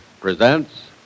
presents